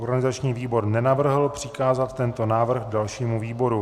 Organizační výbor nenavrhl přikázat tento návrh dalšímu výboru.